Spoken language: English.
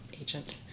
agent